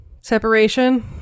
separation